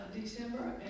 December